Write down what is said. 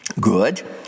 good